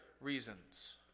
reasons